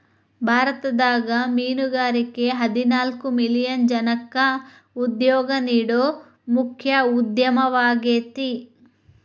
ಭಾರತದಾಗ ಮೇನುಗಾರಿಕೆ ಹದಿನಾಲ್ಕ್ ಮಿಲಿಯನ್ ಜನಕ್ಕ ಉದ್ಯೋಗ ನೇಡೋ ಮುಖ್ಯ ಉದ್ಯಮವಾಗೇತಿ